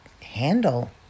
handle